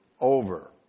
over